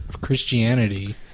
Christianity